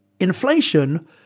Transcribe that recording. Inflation